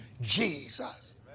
Jesus